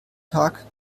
tag